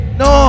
no